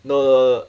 no